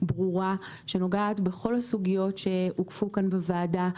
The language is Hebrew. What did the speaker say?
ברורה שנוגעת בכל הסוגיות שהוקפו כאן בוועדה,